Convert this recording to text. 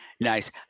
nice